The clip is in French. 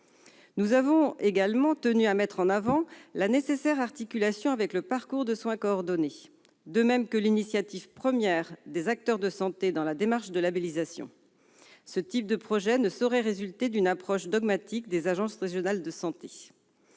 Nous avons également tenu à mettre en avant la nécessaire articulation avec le parcours de soins coordonné, de même que l'initiative première des acteurs de santé dans la démarche de labellisation. Ce type de projet ne saurait résulter d'une approche dogmatique des agences régionales de santé.